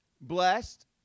Blessed